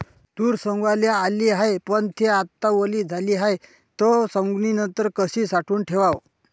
तूर सवंगाले आली हाये, पन थे आता वली झाली हाये, त सवंगनीनंतर कशी साठवून ठेवाव?